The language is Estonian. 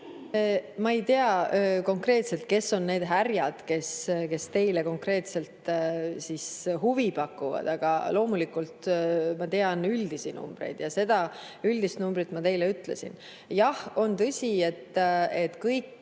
Ma ei tea konkreetselt, kes on need härjad, kes teile konkreetselt huvi pakuvad, aga loomulikult tean ma üldisi numbreid ja selle üldise numbri ma teile ütlesin. Jah, on tõsi, et kõik